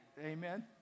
Amen